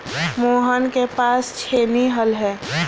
मोहन के पास छेनी हल है